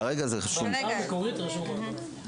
בהצעה המקורית רשום "מד"א".